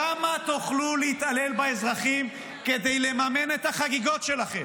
כמה תוכלו להתעלל באזרחים כדי לממן את החגיגות שלכם?